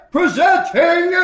Presenting